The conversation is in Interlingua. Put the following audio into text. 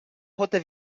pote